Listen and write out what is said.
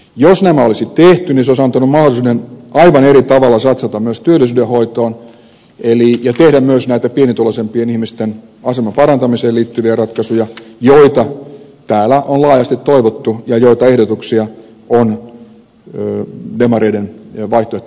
jos nämä olisi tehty niin se olisi antanut mahdollisuuden aivan eri tavalla satsata myös työllisyyden hoitoon ja tehdä myös pienituloisimpien ihmisten aseman parantamiseen liittyviä ratkaisuja joita täällä on laajasti toivottu ja joita ehdotuksia on demareiden vaihtoehtobudjetissa mukana